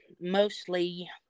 mostly